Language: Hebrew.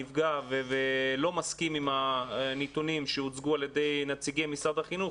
נפגע ולא מסכים עם הנתונים שהוצגו על ידי נציגי משרד החינוך,